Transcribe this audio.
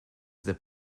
that